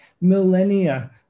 millennia